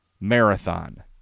marathon